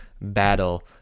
battle